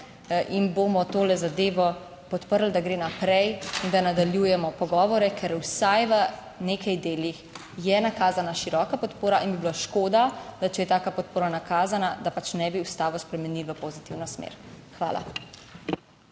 in bomo to zadevo podprli, da gre naprej in da nadaljujemo pogovore, ker vsaj v nekaj delih je nakazana široka podpora in bi bilo škoda, da če je taka podpora nakazana, da pač ne bi ustavo spremenili v pozitivno smer. Hvala.